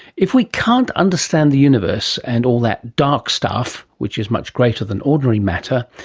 if we can't understand the universe and all that dark stuff, which is much greater than ordinary matter,